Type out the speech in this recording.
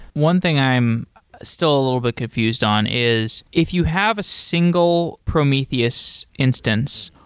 one thing i am still a little bit confused on is if you have a single prometheus instance,